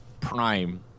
prime